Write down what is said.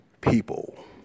people